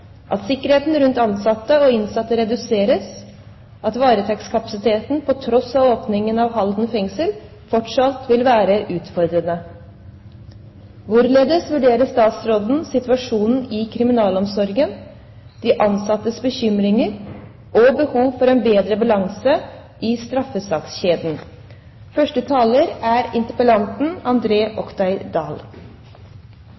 at sikkerheten rundt ansatte og innsatte reduseres, og at varetektskapasiteten – til tross for åpningen av Halden fengsel, som vi alle er for – fortsatt vil være krevende. I